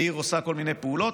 העיר עושה כל מיני פעולות,